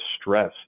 stress